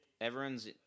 Everyone's